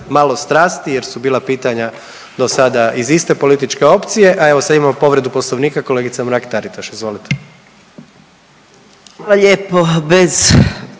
malo strasti jer su bila pitanja dosada iz iste političke opcije, a evo sad imamo povredu Poslovnika kolegica Mrak Taritaš. Izvolite.